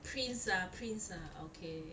prince ah prince ah okay